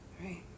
right